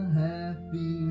happy